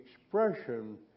expression